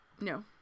No